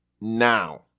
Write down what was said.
now